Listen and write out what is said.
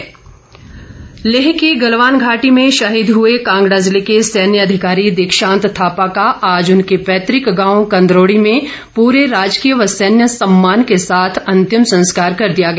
अंत्येष्टि लेह की गलवान घाटी में शहीद हुए कांगड़ा जिले के सैन्य अधिकारी दीक्षांत थापा का आज उनके पैतृक गांव कंदरोड़ी में पूरे राजकीय व सैन्य सम्मान के साथ अंतिम संस्कार कर दिया गया